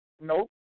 Nope